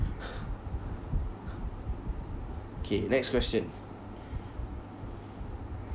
okay next question